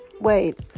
Wait